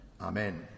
Amen